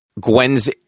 Gwen's